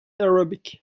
arabic